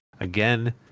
again